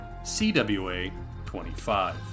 CWA25